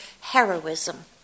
heroism